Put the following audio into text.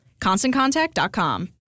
ConstantContact.com